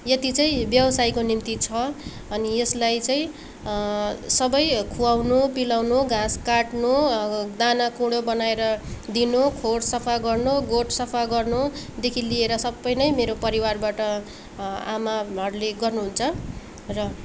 यति चाहिँ व्यवसायको निम्ति छ अनि यसलाई चाहिँ सबै खुवाउनु पिलाउनु घाँस काट्नु दाना कुँढो बनाएर दिनु खोर सफा गर्नु गोठ सफा गर्नुदेखि लिएर सबै नै मेरो परिवारबाट आमाहरूले गर्नुहुन्छ र